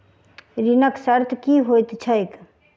ऋणक शर्त की होइत छैक?